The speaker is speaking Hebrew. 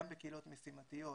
גם בקהילות משימתיות,